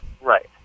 Right